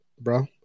bro